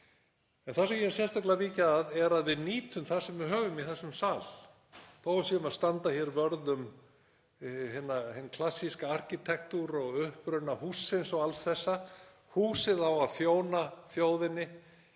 En það sem ég er sérstaklega að víkja að er að við nýtum það sem við höfum í þessum sal. Þó að við séum að standa hér vörð um hinn klassíska arkitektúr og uppruna hússins og alls þessa þá á húsið að þjóna þjóðinni.